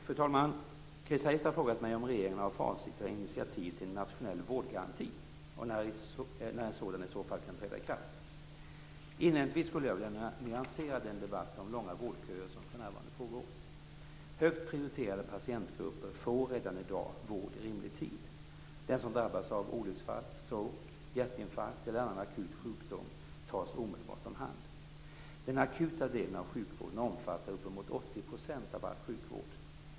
Fru talman! Chris Heister har frågat mig om regeringen har för avsikt att ta initiativ till en nationell vårdgaranti och när en sådan i så fall kan träda i kraft. Inledningsvis skulle jag vilja nyansera den debatt om långa vårdköer som för närvarande pågår. Högt prioriterade patientgrupper får redan i dag vård i rimlig tid. Den som drabbas av olycksfall, stroke, hjärtinfarkt eller annan akut sjukdom tas omedelbart om hand. Den akuta delen av sjukvården omfattar uppemot 80 % av all sjukvård.